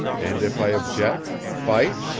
and if i object fight?